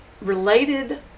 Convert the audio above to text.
related